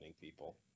people